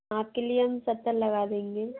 आपके लिए हम सत्तर लगा देंगे